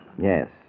Yes